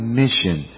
mission